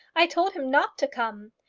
i told him not to come.